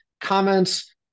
Comments